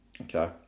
Okay